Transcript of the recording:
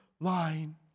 line